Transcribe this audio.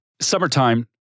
summertime